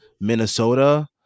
Minnesota